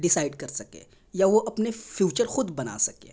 decide کر سکے یا وہ اپنے فیوچر خود بنا سکے